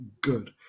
good